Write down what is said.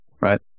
Right